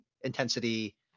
intensity